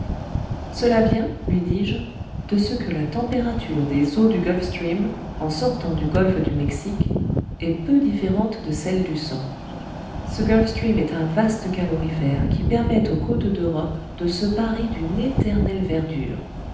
cela vient lui dis-je de ce que la température des eaux du gulf stream en sortant du golfe du mexique est peu différente de celle du sang ce gulf stream est un vaste calorifère qui permet aux côtes d'europe de se parer d'une éternelle verdure